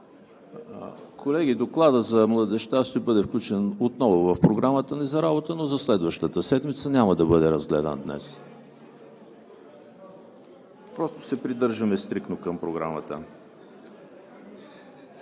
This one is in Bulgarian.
Колеги, Докладът за младежта ще бъде включен отново в Програмата ни за работа, но за следващата седмица, няма да бъде разгледан днес. Просто се придържаме стриктно към Програмата.